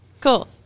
cool